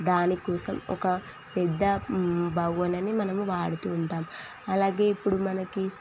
దానికోసం ఒక పెద్ద బగోనీ మనము వాడుతూ ఉంటాము అలాగే ఇప్పుడు మనకి